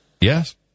Yes